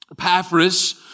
Epaphras